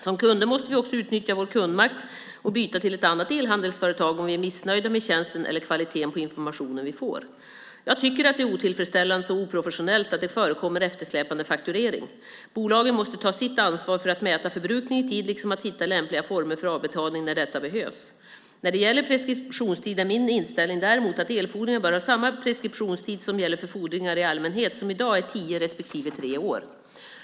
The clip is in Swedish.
Som kunder måste vi också utnyttja vår kundmakt och byta till ett annat elhandelsföretag om vi är missnöjda med tjänsten eller kvaliteten på informationen vi får. Jag tycker att det är otillfredsställande och oprofessionellt att det förekommer eftersläpande fakturering. Bolagen måste ta sitt ansvar för att mäta förbrukningen i tid liksom att hitta lämpliga former för avbetalning när detta behövs. När det gäller preskriptionstid är min inställning däremot att elfordringar bör ha samma preskriptionstid som gäller för fordringar i allmänhet, i dag tio respektive tre år.